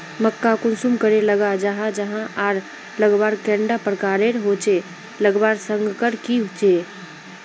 मक्का कुंसम करे लगा जाहा जाहा आर लगवार कैडा प्रकारेर होचे लगवार संगकर की झे?